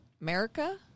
America